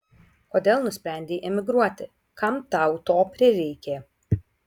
kodėl nusprendei emigruoti kam tau to prireikė